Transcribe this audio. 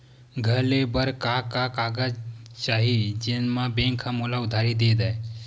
घर ले बर का का कागज चाही जेम मा बैंक हा मोला उधारी दे दय?